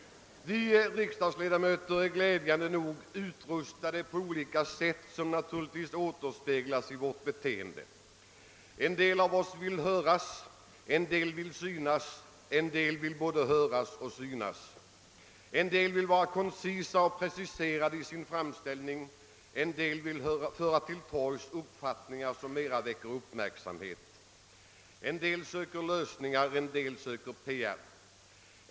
Vi riksdagsledamöter är glädjande nog utrustade på olika sätt, vilket naturligtvis återspeglas i vårt beteende. En del av oss vill höras, en del vill synas, en del vill både höras och synas. En del vill vara koncisa och preciserade i sin framställning, en del vill föra till torgs uppfattningar som mera väcker uppmärksamhet. En del söker lösningar, en del söker PR.